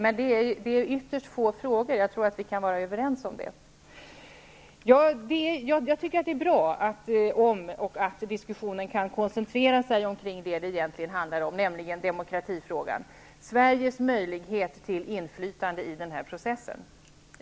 Men det är ytterst få sådana frågor. Jag tror att vi kan vara överens om det. Jag tycker att det är bra att och om diskussionen kan koncentreras kring det den egentligen handlar om, nänligen demokratifrågan, Sveriges möjlighet till inflytande i denna process.